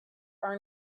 are